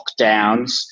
lockdowns